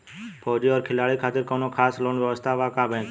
फौजी और खिलाड़ी के खातिर कौनो खास लोन व्यवस्था बा का बैंक में?